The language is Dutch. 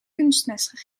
kunstmest